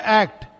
act